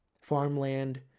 farmland